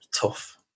Tough